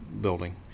building